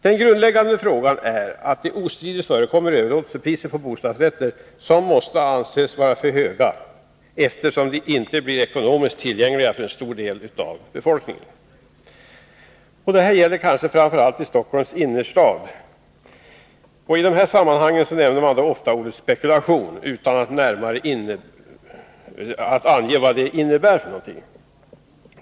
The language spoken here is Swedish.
Den grundläggande frågan är att det ostridigt förekommer överlåtelsepriser som måste anses vara för höga, eftersom bostadsrätterna inte blir ekonomiskt tillgängliga för en stor del av befolkningen. Detta gäller kanske framför allt i Stockholms innerstad. I de här sammanhangen nämner man då ofta ordet spekulation utan att närmare ange vad det innebär för någonting.